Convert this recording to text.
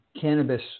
cannabis